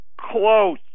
Close